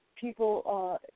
people